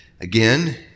Again